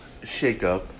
shakeup